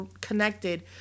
connected